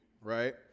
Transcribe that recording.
right